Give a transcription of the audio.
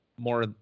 more